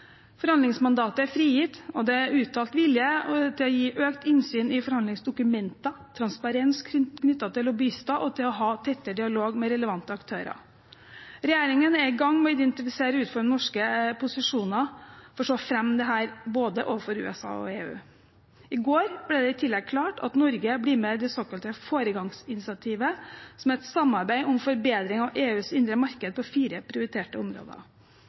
Forhandlingsmandatet er frigitt, og det er uttalt vilje til å gi økt innsyn i forhandlingsdokumenter, transparens knyttet til å bistå og til å ha tettere dialog med relevante aktører. Regjeringen er i gang med å identifisere og utforme norske posisjoner for så å fremme dette overfor både USA og EU. I går ble det i tillegg klart at Norge blir med i det såkalte foregangsinitiativet, som er et samarbeid om forbedring av EUs indre marked på fire prioriterte områder.